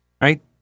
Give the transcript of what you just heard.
Right